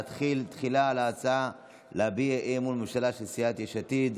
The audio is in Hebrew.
נתחיל בהצעה להביע אי-אמון בממשלה של סיעת יש עתיד.